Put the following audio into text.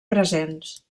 presents